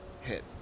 hit